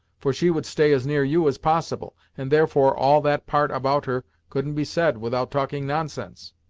for she would stay as near you as possible, and therefore all that part about her couldn't be said without talking nonsense.